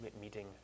meeting